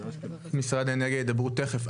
משרד האנרגיה ידברו תיכף,